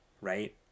right